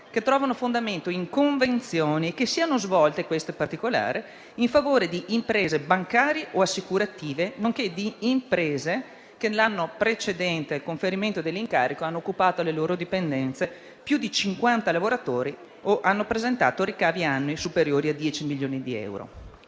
che trovano fondamento in convenzioni e che siano svolte in favore di imprese bancarie o assicurative, nonché di imprese che l'anno precedente al conferimento dell'incarico abbiano occupato alle loro dipendenze più di cinquanta lavoratori o hanno presentato ricavi annui superiori a 10 milioni di euro.